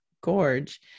gorge